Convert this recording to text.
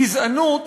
גזענות